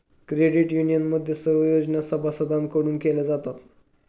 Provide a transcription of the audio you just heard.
credit युनियनमध्ये सर्व योजना सभासदांकडून केल्या जातात